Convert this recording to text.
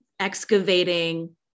Excavating